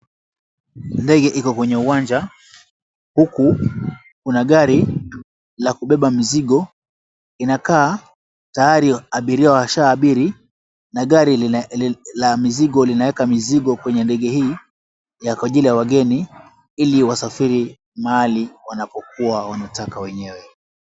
Ndege iko kwenye uwanja huku kuna gari la kubeba mizigo inakaa tayari abiria washaabiri, na gari la mizigo linaeka mizigo kwenye ndege hii kwa ajili ya wageni ili wasafiri mahali wanapokua wanataka wenyewe.